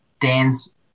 Dan's